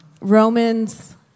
Romans